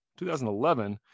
2011